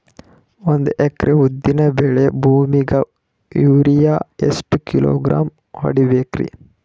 ಒಂದ್ ಎಕರಿ ಉದ್ದಿನ ಬೇಳಿ ಭೂಮಿಗ ಯೋರಿಯ ಎಷ್ಟ ಕಿಲೋಗ್ರಾಂ ಹೊಡೀಬೇಕ್ರಿ?